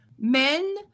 men